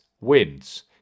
wins